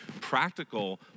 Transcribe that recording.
practical